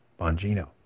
Bongino